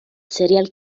serial